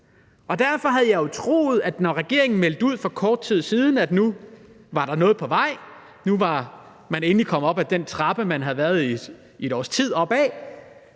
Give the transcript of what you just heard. Derfor havde jeg jo troet, at når regeringen meldte ud for kort tid siden, at nu var der noget på vej, at nu var man endelig kommet op af den trappe, man i et års tid havde